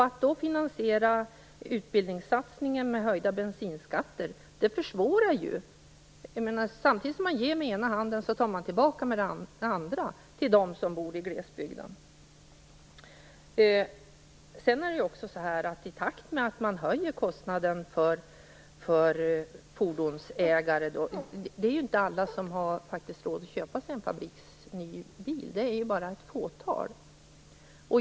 Att då finansiera utbildningssatsningen med höjda bensinskatter försvårar för dem. Samtidigt som man ger med den ena handen tar man tillbaka med den andra. Det är inte alla som har råd att köpa sig en fabriksny bil, bara ett fåtal.